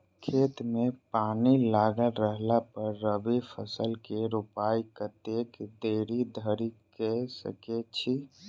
खेत मे पानि लागल रहला पर रबी फसल केँ रोपाइ कतेक देरी धरि कऽ सकै छी?